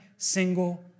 single